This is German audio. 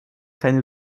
keine